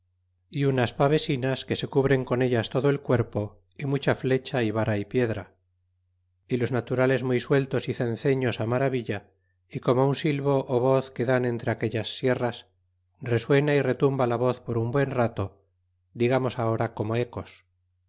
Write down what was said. nuestras espadas é unas pavesinas que se cubren con ellas todo el cuerpo y mucha flecha y vara y piedra y los naturales muy sueltos y cenceños maravilla y con un silvo ó voz que dan entre aquellas sierras resuena y retumba la voz por un buen rato digamos ahora como ecos